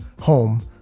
home